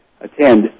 attend